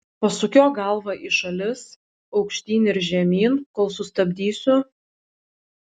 pasukiok galvą į šalis aukštyn ir žemyn kol sustabdysiu